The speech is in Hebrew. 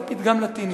זה פתגם לטיני.